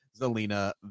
Zelina